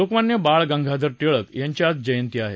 लोकमान्य बाळ गंगाधर टिळक यांची आज जयंती आहे